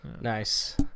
Nice